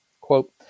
Quote